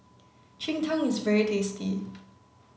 Cheng Tng is very tasty